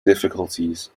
difficulties